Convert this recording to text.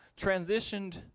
transitioned